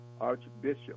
Archbishop